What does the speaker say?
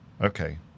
okay